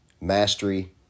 mastery